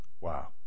Wow